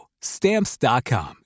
Stamps.com